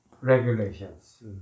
regulations